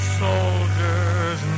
soldiers